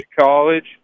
college